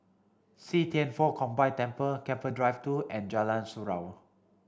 See Thian Foh Combined Temple Keppel Drive two and Jalan Surau